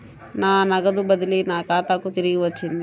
నా నగదు బదిలీ నా ఖాతాకు తిరిగి వచ్చింది